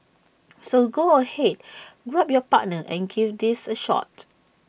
so go ahead grab your partner and give these A shot